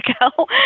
ago